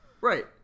Right